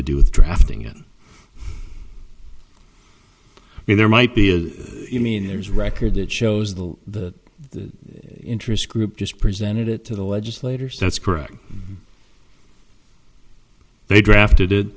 to do with drafting it and there might be a you mean there's record that shows the the interest group just presented it to the legislators that's correct they drafted